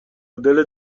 دلت